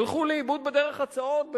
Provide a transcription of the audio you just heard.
הלכו לאיבוד בדרך הצעות,